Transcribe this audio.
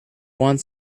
want